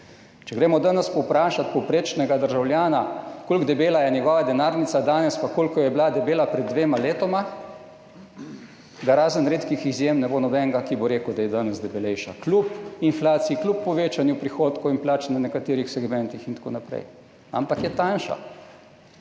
Če gremo danes povprašat povprečnega državljana, kako debela je njegova denarnica danes in kako je bila debela pred dvema letoma, razen redkih izjem ne bo nobenega, ki bo rekel, da je danes debelejša, kljub inflaciji, kljub povečanju prihodkov in plač na nekaterih segmentih in tako naprej, ampak je tanjša.